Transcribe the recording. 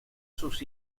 sus